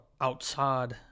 outside